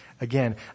again